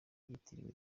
yitiriwe